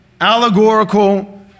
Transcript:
allegorical